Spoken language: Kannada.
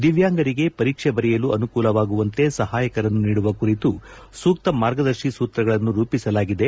ದಿವ್ಕಾಂಗರಿಗೆ ಪರೀಕ್ಷೆ ಬರೆಯಲು ಅನುಕೂಲವಾಗುವಂತೆ ಸಹಾಯಕರನ್ನು ನೀಡುವ ಕುರಿತು ಸೂಕ್ತ ಮಾರ್ಗದರ್ಶಿ ಸೂತ್ರಗಳನ್ನು ರೂಪಿಸಲಾಗಿದೆ